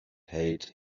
hate